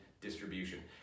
distribution